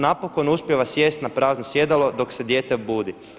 Napokon uspijeva sjest na prazno sjedalo dok se dijete budi.